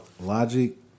Logic